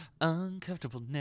uncomfortable